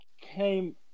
came